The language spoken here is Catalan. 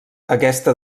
aquesta